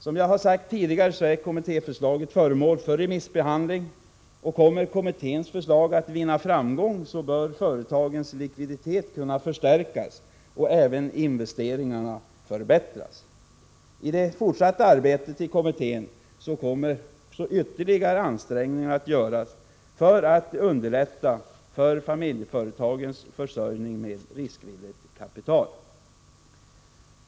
Som jag har sagt tidigare är kommittéförslaget föremål för remissbehandling. Kommer kommitténs förslag att vinna framgång, bör företagens likviditet kunna förstärkas och även investeringarna förbättras. I det fortsatta arbetet i kommittén kommer ytterligare ansträngningar att göras för att underlätta familjeföretagens försörjning med riskvilligt kapital.